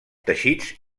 teixits